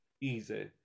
easy